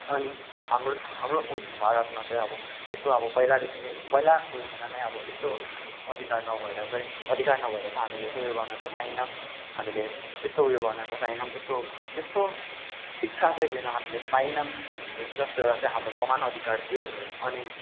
अनि हाम्रो हाम्रो उइस भारतमा चाहिँ अब त्यस्तो अब पहिलादेखि नै पहिलाको उइसमा नै अब त्यस्तो अधिकार नभएर चाहिँ अधिकार नभएर चाहिँ हामीले चाहिँ उयो गर्न चाहिँ पाइन पनि हामीले त्यस्तो उयो गर्न चाहिँ पाएन पनि त्यस्तो त्यस्तो शिक्षा चाहिँ लिन हामीले पाएन पनि जसद्वारा चाहिँ हाम्रो सामान अधिकार थियो अनि